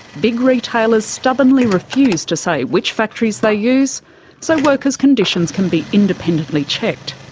big retailers stubbornly refuse to say which factories they use so workers' conditions can be independently checked.